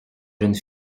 jeune